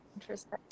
interesting